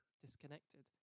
disconnected